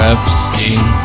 Epstein